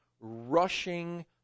rushing